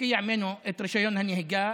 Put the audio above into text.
מפקיע ממנו את רישיון הנהיגה,